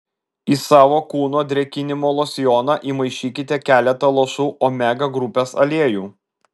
į savo kūno drėkinimo losjoną įmaišykite keletą lašų omega grupės aliejų